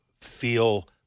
feel